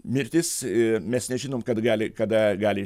mirtis mes nežinom kad gali kada gali